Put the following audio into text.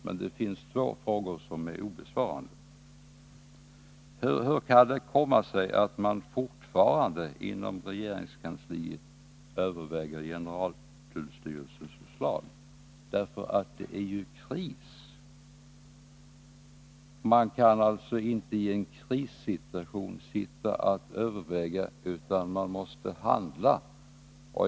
Men det finns två frågor som är obesvarade. Hur kan det komma sig att man fortfarande inom regeringskansliet överväger generaltullstyrelsens förslag? Det är ju kris. Man kan inte i en krissituation sitta och överväga, utan man måste handla.